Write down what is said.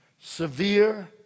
severe